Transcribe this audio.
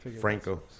Franco